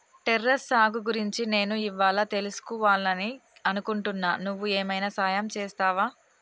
terrace సాగు గురించి నేను ఇవ్వాళా తెలుసుకివాలని అనుకుంటున్నా నువ్వు ఏమైనా సహాయం చేస్తావా